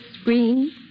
screen